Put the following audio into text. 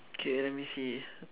K let me see